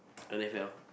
N_F_L